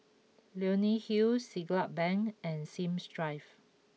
Leonie Hill Siglap Bank and Sims Drive